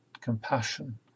compassion